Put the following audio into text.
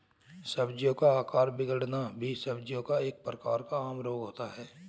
सब्जियों का आकार बिगड़ना भी सब्जियों का एक प्रकार का आम रोग होता है